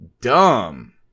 dumb